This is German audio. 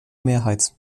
mehrheit